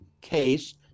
case